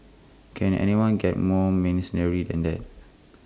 can anyone get more mercenary than that